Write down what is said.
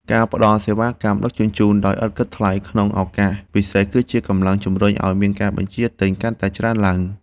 ការផ្ដល់សេវាកម្មដឹកជញ្ជូនដោយឥតគិតថ្លៃក្នុងឱកាសពិសេស គឺជាកម្លាំងជម្រុញឱ្យមានការបញ្ជាទិញកាន់តែច្រើនឡើង។